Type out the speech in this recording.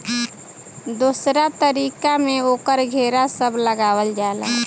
दोसरका तरीका में ओकर घेरा सब लगावल जाला